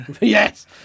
Yes